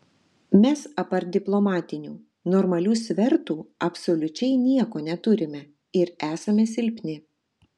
mes apart diplomatinių normalių svertų absoliučiai nieko neturime ir esame silpni